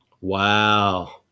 wow